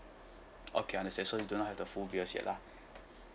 okay understand so you do not have the full bills yet lah